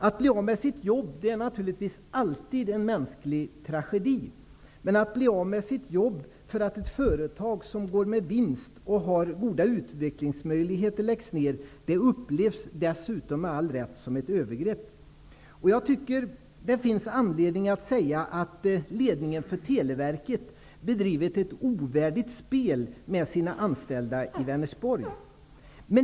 Att bli av med sitt jobb är naturligtvis alltid en mänsklig tragedi. Men att bli av med sitt jobb för att ett företag som går med vinst och har goda utvecklingsmöjligheter läggs ned upplevs dessutom, med all rätt, som ett övergrepp. Det finns anledning att säga att ledningen för Televerket har bedrivit ett ovärdigt spel med sina anställda i Vänersborg.